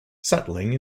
settling